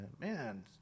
man